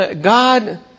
God